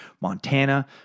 Montana